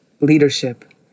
leadership